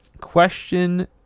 Question